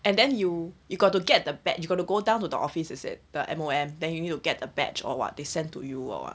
and then you you've got to get the bad~ you gotta go down to the office is it the M_O_M then you need to get a badge or what they send to you or what